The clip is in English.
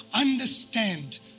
understand